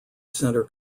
center